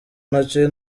nacyo